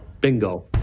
bingo